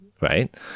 right